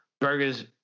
burgers